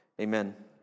Amen